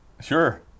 Sure